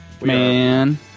Man